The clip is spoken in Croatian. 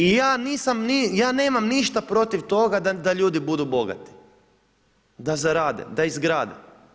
I ja nisam, ja nemam ništa protiv toga da ljudi budu bogati, da zarade, da izgrade.